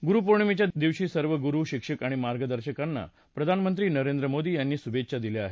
गुरु पौर्णिमेच्या दिवशी सर्व गुरु शिक्षक आणि मार्गदर्शकांना प्रधानमंत्री नरेंद्र मोदी यांनी शुभेच्छा दिल्या आहेत